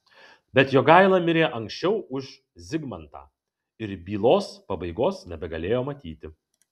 bet jogaila mirė anksčiau už zigmantą ir bylos pabaigos nebegalėjo matyti